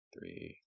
three